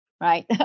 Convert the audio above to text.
right